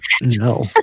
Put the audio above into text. No